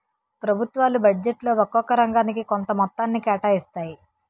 ప్రభుత్వాలు బడ్జెట్లో ఒక్కొక్క రంగానికి కొంత మొత్తాన్ని కేటాయిస్తాయి